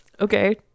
Okay